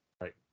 right